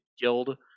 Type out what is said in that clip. Guild